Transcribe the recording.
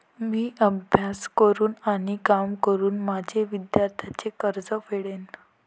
मी अभ्यास करून आणि काम करून माझे विद्यार्थ्यांचे कर्ज फेडेन